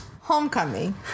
Homecoming